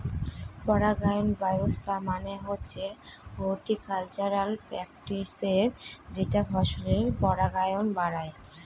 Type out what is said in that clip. পরাগায়ন ব্যবস্থা মানে হচ্ছে হর্টিকালচারাল প্র্যাকটিসের যেটা ফসলের পরাগায়ন বাড়ায়